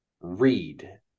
read